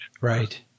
Right